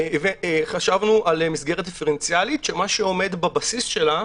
חשבנו על מסגרת דיפרנציאלית שמה שעומד בבסיס שלה,